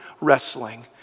wrestling